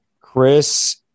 Chris